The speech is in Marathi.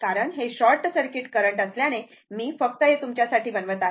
कारण हे शॉर्ट सर्किट करंट असल्याने मी फक्त हे तुमच्यासाठी बनवत आहे